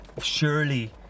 Surely